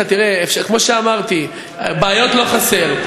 כמו שאמרתי, בעיות לא חסר.